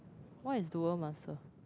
what is dual-master